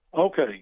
Okay